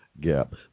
gap